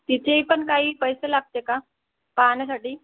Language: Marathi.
तिथे पण काही पैसे लागते का पाहण्यासाठी